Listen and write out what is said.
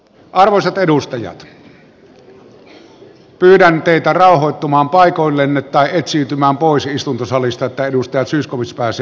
arvoisat edustajat pyydän teitä rauhoittumaan paikoillenne tai etsiytymään pois istuntosalista niin että edustaja zyskowicz pääsee jatkamaan